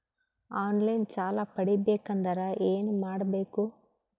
On line ಸಾಲ ಪಡಿಬೇಕಂದರ ಏನಮಾಡಬೇಕು?